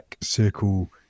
circle